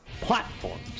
platforms